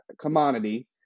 commodity